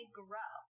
grow